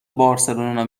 بارسلونا